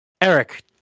Eric